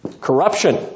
Corruption